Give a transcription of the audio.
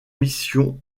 missions